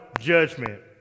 judgment